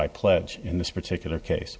by pledge in this particular case